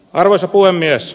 arvoisa puhemies